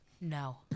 No